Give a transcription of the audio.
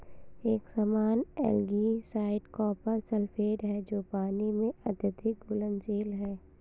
एक सामान्य algicide copper sulphate है जो पानी में अत्यधिक घुलनशील है